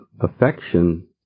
affection